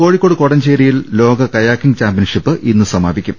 കോഴിക്കോട് കോടഞ്ചേരിയിൽ ലോക kayaking championship ഇന്ന് സമാപിക്കും